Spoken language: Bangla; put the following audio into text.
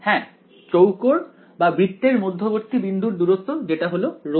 হ্যাঁ চৌকোর বা বৃত্তের মধ্যবর্তী বিন্দুর দূরত্ব যেটা হলো ρmn